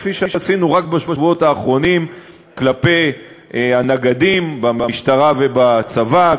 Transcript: כפי שעשינו רק בשבועות האחרונים כלפי הנגדים במשטרה ובצבא,